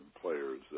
players